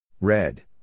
Red